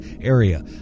area